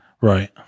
Right